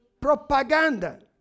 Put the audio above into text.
propaganda